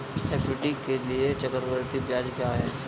FD के लिए चक्रवृद्धि ब्याज क्या है?